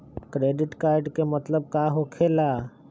Credit card के मतलब का होकेला?